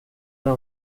era